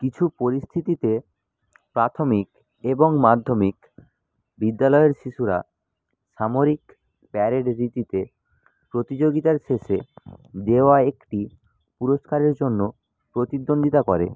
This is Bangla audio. কিছু পরিস্থিতিতে প্রাথমিক এবং মাধ্যমিক বিদ্যালয়ের শিশুরা সামরিক প্যারেড রীতিতে প্রতিযোগিতার শেষে দেওয়া একটি পুরস্কারের জন্য প্রতিদ্বন্দ্বিতা করে